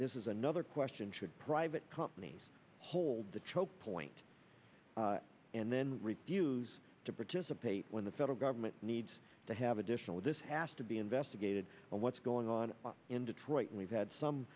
is is another question should private companies hold the choke point and then refuse to participate when the federal government needs to have additional this has to be investigated and what's going on in detroit and we've had some